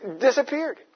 disappeared